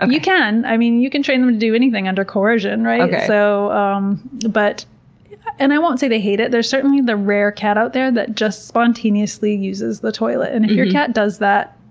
um you can. i mean, you can train them to do anything under coercion, right? so um but and i won't say they hate it. there's certainly the rare cat out there that just spontaneously uses the toilet. and if your cat does that,